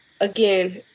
again